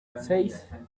seis